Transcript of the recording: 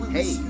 Hey